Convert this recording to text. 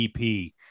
EP